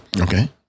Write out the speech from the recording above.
Okay